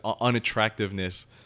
unattractiveness